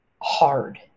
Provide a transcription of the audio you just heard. hard